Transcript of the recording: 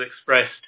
expressed